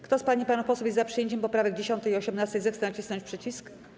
Kto z pań i panów posłów jest za przyjęciem poprawek 10. i 18., zechce nacisnąć przycisk.